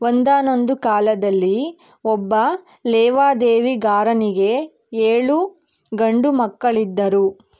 ಒಂದಾನೊಂದು ಕಾಲದಲ್ಲಿ ಒಬ್ಬ ಲೇವಾದೇವಿಗಾರನಿಗೆ ಏಳು ಗಂಡು ಮಕ್ಕಳಿದ್ದರು